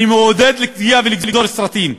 אני מעודד להגיע ולגזור סרטים,